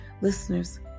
Listeners